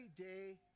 everyday